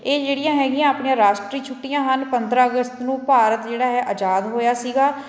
ਇਹ ਜਿਹੜੀਆਂ ਹੈਗੀਆਂ ਆਪਣੀਆਂ ਰਾਸ਼ਟਰੀ ਛੁੱਟੀਆਂ ਹਨ ਪੰਦਰ੍ਹਾਂ ਅਗਸਤ ਨੂੰ ਭਾਰਤ ਜਿਹੜਾ ਹੈ ਆਜ਼ਾਦ ਹੋਇਆ ਸੀਗਾ